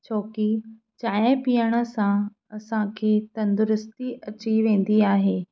छो की चांहि पीअण सां असांखे तंदुरुस्ती अची वेंदी आहे